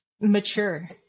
mature